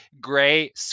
gray